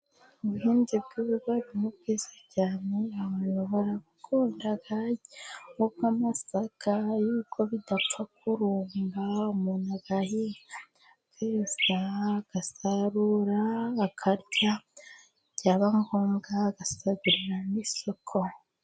Ubuhinzi bw'ibigori ni bwiza cyane, abantu barabukunda cyangwa ubw'amasaka kuko bidapfa kurumba. Umuntu agahinga, akeza, agasarura, akarya. Byaba ngombwa agasagurira n'isoko.